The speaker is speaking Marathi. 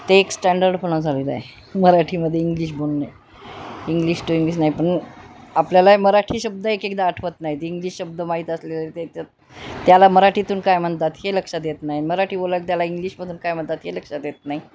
ते एक स्टँडर्डपणा झालेलं आहे मराठीमध्ये इंग्लिश बोलणे इंग्लिश टू इंग्लिश नाही पण आपल्यालाही मराठी शब्द एक एकदा आठवत नाहीत इंग्लिश शब्द माहीत असले त्याच्यात त्याला मराठीतून काय म्हणतात हे लक्षात देत नाही मराठी बोलाल त्याला इंग्लिशमधून काय म्हणतात हे लक्षात येत नाही